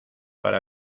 para